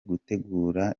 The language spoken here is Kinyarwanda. gutegura